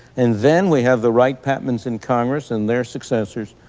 and then we have the wright patmans in congress and their successors